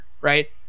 right